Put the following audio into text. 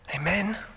Amen